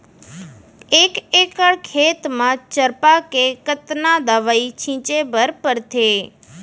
एक एकड़ खेत म चरपा के कतना दवई छिंचे बर पड़थे?